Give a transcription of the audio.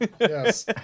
yes